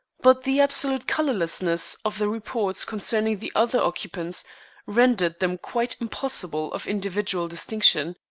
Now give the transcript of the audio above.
but the absolute colorlessness of the reports concerning the other occupants rendered them quite impossible of individual distinction.